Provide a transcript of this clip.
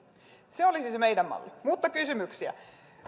se olisi se meidän malli mutta kysymyksiä